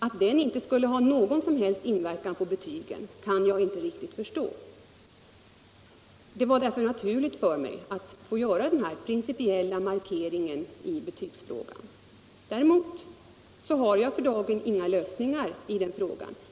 Att den inte skulle ha någon som helst inverkan på betygen kan jag inte förstå. Det var därför naturligt för mig att göra denna principiella markering i betygsfrågan. Däremot har jag för dagen ingen lösning på den frågan.